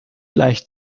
leicht